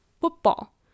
football